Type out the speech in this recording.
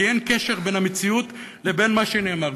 כי אין קשר בין המציאות לבין מה שנאמר.